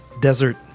desert